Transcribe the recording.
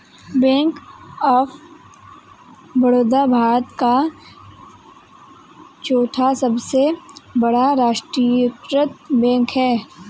bank of Baroda Bharat का चौथा सबसे बड़ा राष्ट्रीयकृत बैंक है